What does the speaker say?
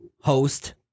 host